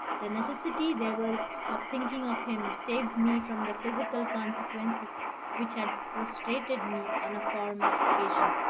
the necessity there was for thinking of him saved me from the physical consequences which had prostrated me on a former occasion.